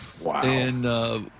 wow